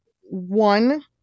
One